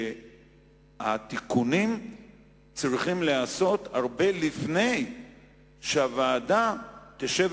שהתיקונים צריכים להיעשות הרבה לפני שהוועדה תשב